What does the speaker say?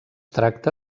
tracta